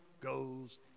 goes